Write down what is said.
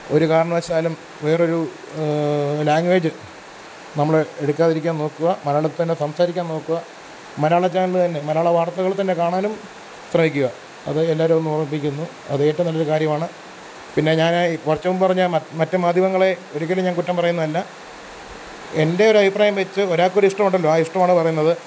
ഒരു കാരണവശാലും വേറൊരു ലാംഗ്വേജ് നമ്മൾ എടുക്കാതിരിക്കാൻ നോക്കുക മലയാളത്തിൽ തന്നെ സംസാരിക്കാൻ നോക്കുക മലയാള ചാനൽ തന്നെ മലയാളവാർത്തകൾ തന്നെ കാണാനും ശ്രമിക്കുക അത് എല്ലാവരെയും ഒന്ന് ഓർമ്മിപ്പിക്കുന്നു അതേറ്റവും നല്ലൊരു കാര്യമാണ് പിന്നെ ഞാൻ ഇ കുറച്ചു മുമ്പു പറഞ്ഞ മ മറ്റു മാദ്ധ്യമങ്ങളെ ഒരിക്കലും ഞാൻ കുറ്റം പറയുന്നതല്ലാ എൻ്റെ ഒരഭിപ്രായം വെച്ച് ഒരാൾക്കൊരിഷ്ടം ഉണ്ടല്ലോ ആ ഇഷ്ടമാണ് പറയുന്നത്